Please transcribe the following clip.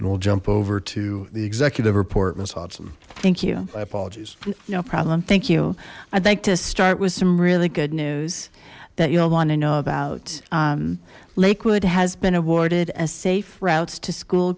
and we'll jump over to the executive report miss hobson thank you my apologies no problem thank you i'd like to start with some really good news that you'll want to know about lakewood has been awarded as safe routes to school